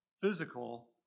physical